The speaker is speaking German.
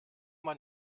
man